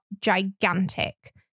gigantic